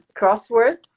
crosswords